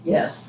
Yes